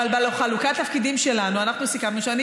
אבל בחלוקת התפקידים שלנו אנחנו סיכמנו שאני